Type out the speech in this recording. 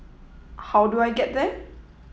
how do I get there